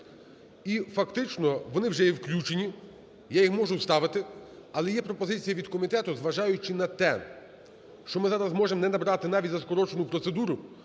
І фактично вони є вже включені, я їх можу ставити. Але є пропозиція від комітету, зважаючи на те, що ми зараз можемо не набрати навіть за скорочену процедуру,